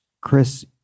Chris